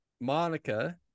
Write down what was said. monica